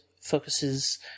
focuses